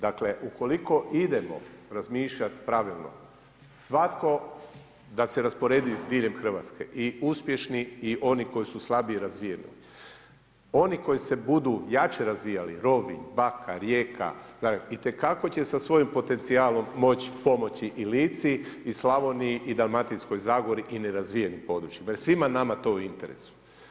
Dakle, ukoliko idemo razmišljati pravilno, svatko da se rasporedi diljem Hrvatske i uspješni i oni koji su slabije razvijeni, oni koji se budu jače razvijali Rovinj, Bakar, Rijeka, Zagreb itekako će sa svojim potencijalom moći pomoći i Lici, i Slavoniji, i Dalmatinskoj Zagori i nerazvijenim područjima jer svima nama je to u interesu.